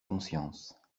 conscience